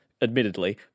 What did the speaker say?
admittedly